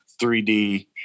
3d